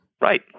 right